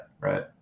right